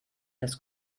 das